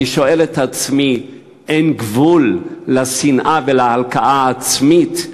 אני שואל את עצמי: אין גבול לשנאה ולהלקאה העצמית?